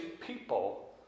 people